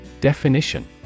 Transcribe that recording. Definition